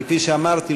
וכפי שאמרתי,